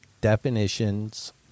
definitions